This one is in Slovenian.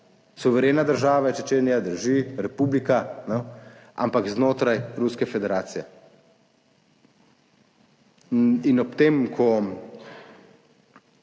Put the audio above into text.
Suverena država je Čečenija. Drži. Republika, ampak znotraj Ruske federacije. In ob tem, ko